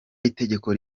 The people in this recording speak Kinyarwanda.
itegeko